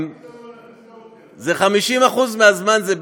זה הפחד האמיתי.